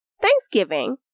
Thanksgiving